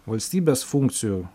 valstybės funkcijų